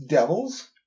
Devils